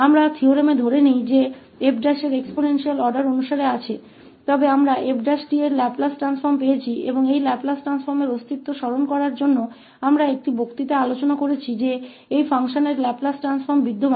हमने प्रमेय में यह नहीं माना है कि 𝑓′ एक्सपोनेंशियल आर्डर का है लेकिन हमें 𝑓′𝑡 का लाप्लास रूपांतर मिला है और इस लाप्लास परिवर्तन के अस्तित्व को याद करने के लिए हमने एक व्याख्यान में चर्चा की है कि लाप्लास परिवर्तन इस फ़ंक्शन का मौजूद है